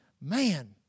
Man